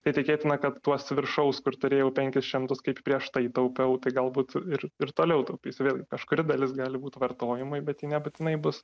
tai tikėtina kad tuos viršaus kur turėjau penkis šimtus kaip prieš tai taupiau tai galbūt ir ir toliau taupysiu vėlgi kažkuri dalis gali būti vartojimui bet ji nebūtinai bus